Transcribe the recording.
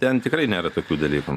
ten tikrai nėra tokių dalykų